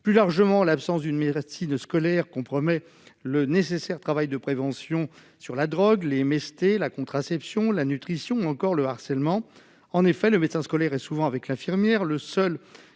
Plus largement, l'absence d'une médecine scolaire compromet le nécessaire travail de prévention sur la drogue, les maladies sexuellement transmissibles, la contraception, la nutrition ou encore le harcèlement. En effet, le médecin scolaire est souvent avec l'infirmière le seul